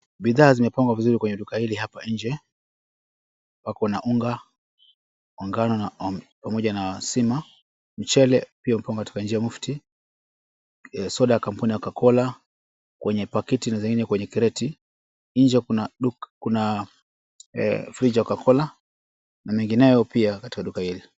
Bidhaa zimepangwa vizuri kwenye duka hili hapa nje. Pako na unga wa ngano pamoja na wa sima, mchele pia uko katika njia mufti. Soda ya kampuni ya Coca Cola kwenye pakiti zingine kwenye kreti. Nje kuna friji ya Coca Cola na mengineyo pia katika duka hili.